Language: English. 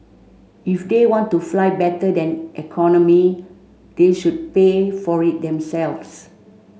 if they want to fly better than economy they should pay for it themselves